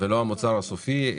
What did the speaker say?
לא המוצר הסופי.